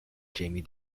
jamie